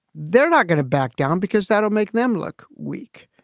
they're not going to back down because that'll make them look weak.